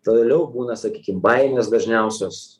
toliau būna sakykim baimės dažniausios